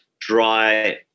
dry